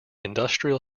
industry